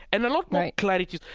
and a lot more clarity.